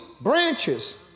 branches